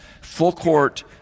full-court